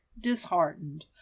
disheartened